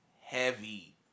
heavy